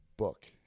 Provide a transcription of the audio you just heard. book